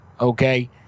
Okay